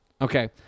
Okay